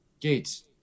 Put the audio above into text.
Gates